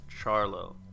charlo